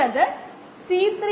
85 1 18